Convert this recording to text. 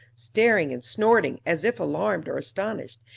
staring and snorting as if alarmed or astonished,